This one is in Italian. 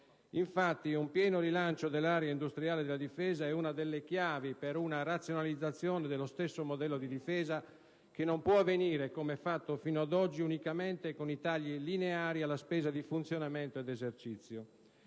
Infatti, un pieno rilancio dell'area industriale della difesa è una delle chiavi per una razionalizzazione dello stesso modello di difesa, che non può avvenire, come fatto fino ad oggi, unicamente con i tagli lineari alla spesa di funzionamento e di esercizio.